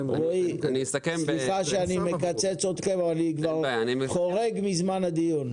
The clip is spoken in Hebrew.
ירושלים --- סליחה שאני מקצץ אתכם אבל אני כבר חורג מזמן הדיון.